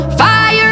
fire